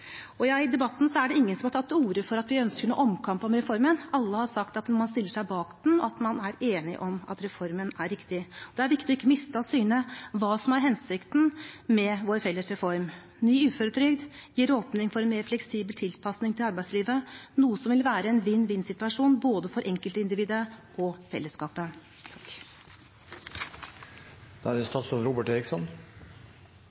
I debatten er det ingen som har tatt til orde for at vi ønsker noen omkamp om reformen. Alle har sagt at man stiller seg bak den, og at man er enig om at reformen er riktig. Det er viktig ikke å miste av syne hva som er hensikten med vår felles reform: Ny uføretrygd gir åpning for en mer fleksibel tilpasning til arbeidslivet, noe som vil være en vinn-vinn-situasjon både for enkeltindividet og for fellesskapet. Det som fikk meg til å ta ordet, var noe av det